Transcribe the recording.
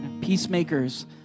Peacemakers